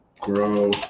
grow